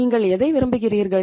நீங்கள் எதை விரும்புகிறீர்கள்